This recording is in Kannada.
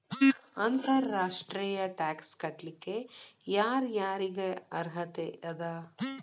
ಅಂತರ್ ರಾಷ್ಟ್ರೇಯ ಟ್ಯಾಕ್ಸ್ ಕಟ್ಲಿಕ್ಕೆ ಯರ್ ಯಾರಿಗ್ ಅರ್ಹತೆ ಅದ?